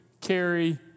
carry